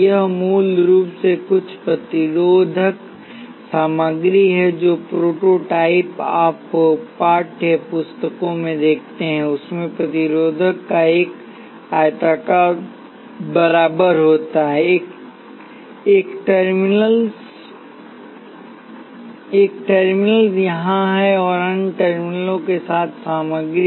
यह मूल रूप से कुछ प्रतिरोधक सामग्री है जो प्रोटोटाइप आप पाठ्य पुस्तकों में देखते हैं उसमें प्रतिरोधक का एक आयताकार बार होता है एक टर्मिनल यहाँ और अन्य टर्मिनल के साथ सामग्री